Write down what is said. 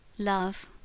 Love